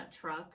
truck